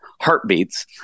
heartbeats